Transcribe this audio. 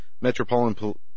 Metropolitan